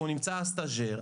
או נמצא סטז'ר,